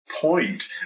point